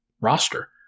roster